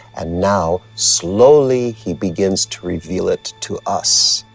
and now slowly he begins to reveal it to us.